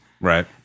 Right